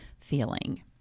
feeling